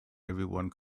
everyone